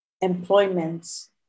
employments